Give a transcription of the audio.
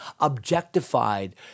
objectified